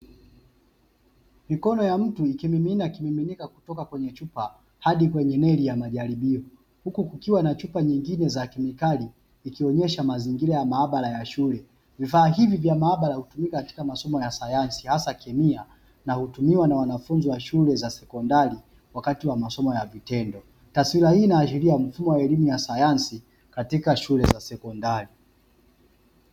Mikono ya mtu ikimimina kimiminika kutoka kwenye chupa hadi kwenye neli ya majaribio, huku kukiwa na chupa nyingine za kemikali ikionyesha mazingira ya maabara ya shule, vifaa hivi vya maabara hutumika katika masomo ya sayansi hasa kemia, na hutumiwa na wanafunzi wa shule za sekondari wakati wa masomo ya vitendo. Taswira hii inaashiria mfumo wa elimu ya sayansi katika shule za sekondari.